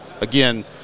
again